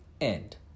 end